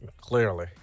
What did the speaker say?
Clearly